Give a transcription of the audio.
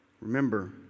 remember